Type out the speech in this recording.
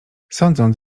sądząc